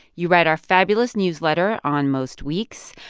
you write our fabulous newsletter on most weeks.